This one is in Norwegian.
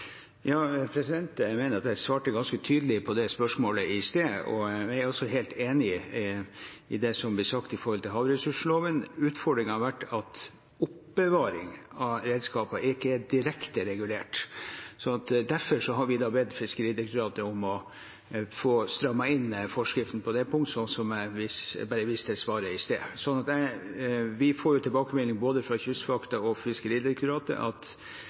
Jeg mener at jeg svarte ganske tydelig på det spørsmålet i stad, og jeg er også helt enig i det som blir sagt om havressurslova. Utfordringen har vært at oppbevaring av redskaper ikke er direkte regulert. Derfor har vi bedt Fiskeridirektoratet om å få strammet inn forskriftene på det punktet, som jeg viste til i svaret i stad. Vi får jo tilbakemeldinger fra både Kystvakten og Fiskeridirektoratet om at